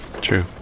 True